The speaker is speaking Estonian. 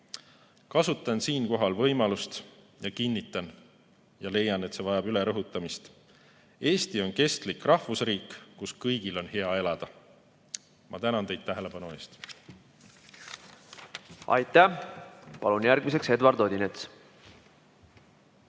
Kasutan siinkohal võimalust ja kinnitan (leian, et see vajab ülerõhutamist): Eesti on kestlik rahvusriik, kus kõigil on hea elada. Ma tänan teid tähelepanu eest. Aitäh! Palun järgmisena Eduard Odinets!